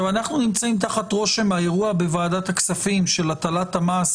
אנחנו נמצאים תחת רושם האירוע בוועדת הכספים של הטלת המס